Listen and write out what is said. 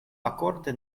akorde